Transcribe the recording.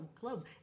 globe